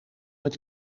met